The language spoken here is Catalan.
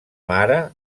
mare